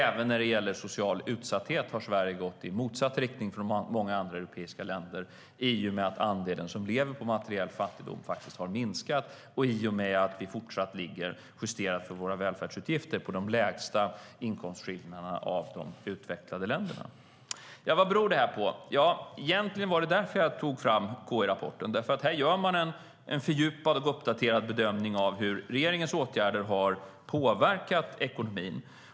Även när det gäller social utsatthet har Sverige gått i motsatt riktning mot många europeiska länder i och med att andelen som lever i materiell fattigdom har minskat och i och med att vi fortfarande ligger, justerat för våra välfärdsutgifter, på de lägsta inkomstskillnaderna av de utvecklade länderna. Vad beror detta på? Jo, jag tog egentligen upp KI-rapporten för att man här gör en fördjupad och uppdaterad bedömning av hur regeringens åtgärder har påverkat ekonomin.